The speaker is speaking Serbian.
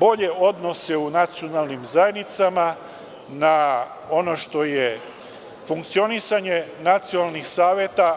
bolje odnose u nacionalnim zajednicama, na ono što je funkcionisanje nacionalnih saveta.